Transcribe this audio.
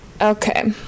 Okay